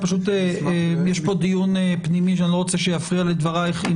יש כאן דיון פנימי שאני לא רוצה שיפריע לדבריך.